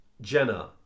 Jenna